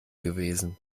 gewesen